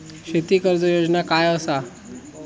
शेती कर्ज योजना काय असा?